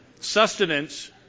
sustenance